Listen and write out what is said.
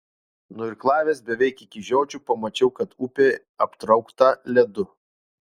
nuirklavęs beveik iki žiočių pamačiau kad upė aptraukta ledu